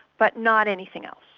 but not anything else.